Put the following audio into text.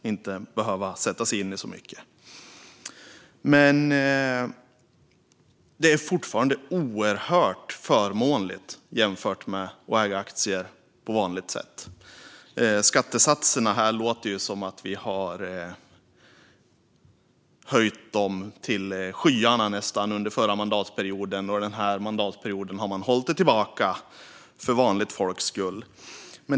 Man behöver inte sätta sig in i så mycket. Men det är fortfarande oerhört förmånligt jämfört med att äga aktier på vanligt sätt. Det låter som att vi har höjt skattesatserna nästan till skyarna under förra mandatperioden. Den här mandatperioden har man hållit det tillbaka för vanligt folks skull.